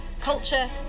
culture